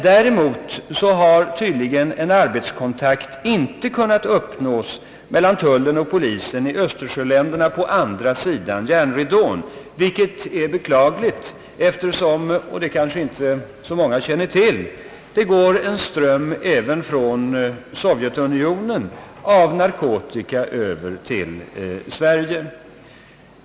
Däremot har tydligen arbetskontakt inte kunnat uppnås med tullen och polisen i Östersjöländerna på andra sidan järnridån, Detta är beklagligt, eftersom — vilket kanske inte så många känner till — det går en ström av narkotika över till Sverige även från Sovjetunionen.